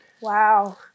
Wow